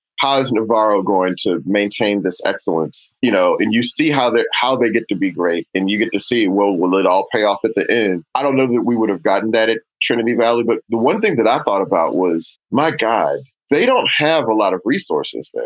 how's navarro going to maintain this excellence? you know, and you see how they're how they get to be great and you get to see, well, will it all pay off at the end? i don't know that we would have gotten that at trinity valley, but the one thing that i thought about was, my god, they don't have a lot of resources.